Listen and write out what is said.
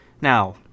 now